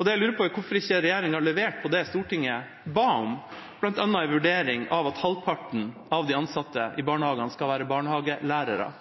Det jeg lurer på, er hvorfor ikke regjeringa har levert på det Stortinget ba om, bl.a. en vurdering av at halvparten av de ansatte i barnehagen skal være